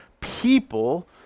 people